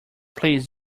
please